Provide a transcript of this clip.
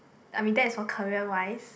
I mean that is for career wise